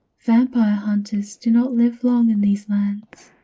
vampire hunters do not live long in these lands,